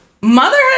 Motherhood